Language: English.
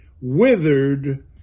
withered